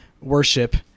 worship